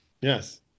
Yes